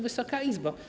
Wysoka Izbo!